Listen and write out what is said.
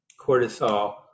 cortisol